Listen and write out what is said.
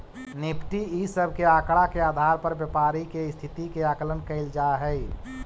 Nifty इ सब के आकड़ा के आधार पर व्यापारी के स्थिति के आकलन कैइल जा हई